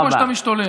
תודה.